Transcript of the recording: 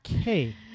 okay